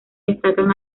destacan